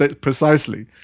Precisely